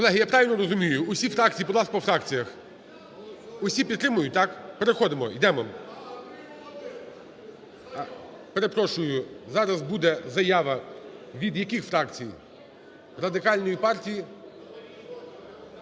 Колеги, я правильно розумію, усі фракції… будь ласка, по фракціях. Усі підтримують, так? Переходимо, йдемо… Перепрошую: зараз буде заява, від яких фракцій? Радикальної партії,